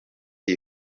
iyi